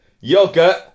yogurt